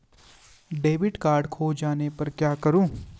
Debit card खो जाने पर क्या करूँ?